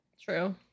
true